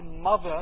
mother